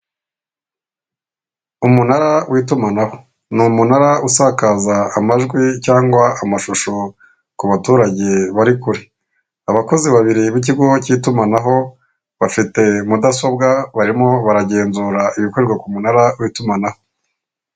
Umunara w'itumanaho ni umunara usakaza amajwi cyangwa amashusho ku baturage bari kure, abakozi babiri b'ikigo cy'itumanaho, bafite mudasobwa barimo baragenzura ibikorerwa ku munara w'itumanaho.